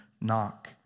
Knock